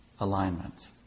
alignment